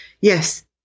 yes